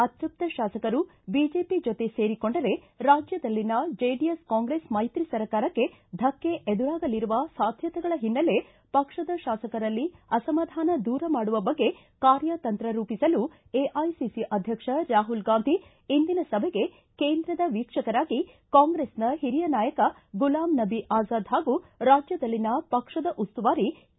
ಅತೃಪ್ತ ಶಾಸಕರು ಬಿಜೆಪ ಜೊತೆ ಸೇರಿಕೊಂಡರೆ ರಾಜ್ಯದಲ್ಲಿನ ಜೆಡಿಎಸ್ ಕಾಂಗ್ರೆಸ್ ಮೈತ್ರಿ ಸರ್ಕಾರಕ್ಕೆ ಧಕ್ಕೆ ಎದುರಾಗಲಿರುವ ಸಾಧ್ಣತೆಗಳ ಹಿನ್ನೆಲೆ ಪಕ್ಷದ ಶಾಸಕರಲ್ಲಿ ಅಸಮಾಧಾನ ದೂರ ಮಾಡುವ ಬಗ್ಗೆ ಕಾರ್ಯತಂತ್ರ ರೂಪಿಸಲು ಎಐಸಿಸಿ ಅಧ್ಯಕ್ಷ ರಾಹುಲ್ ಗಾಂಧಿ ಇಂದಿನ ಸಭೆಗೆ ಕೇಂದ್ರದ ವೀಕ್ಷಕರಾಗಿ ಕಾಂಗ್ರೆಸ್ನ ಹಿರಿಯ ನಾಯಕ ಗುಲಾಮ್ ನಬಿ ಆಜಾದ್ ಹಾಗೂ ರಾಜ್ಯದಲ್ಲಿನ ಪಕ್ಷದ ಉಸ್ತುವಾರಿ ಕೆ